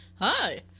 hi